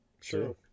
Sure